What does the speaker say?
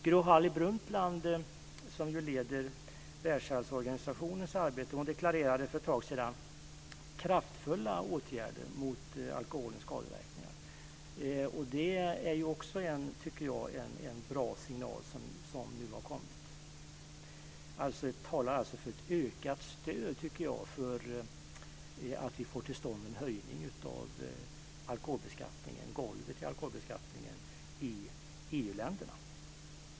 Gro Harlem Brundtland, som ju leder Världshälsoorganisationens arbete, deklarerade för ett tag sedan att det var dags för kraftfulla åtgärder mot alkoholens skadeverkningar. Det är ju också en bra signal som har kommit nu. Jag tycker att det talar för ett ökat stöd för att vi får till stånd en höjning av alkoholbeskattningen, dvs. golvet i alkoholbeskattningen, i EU-länderna.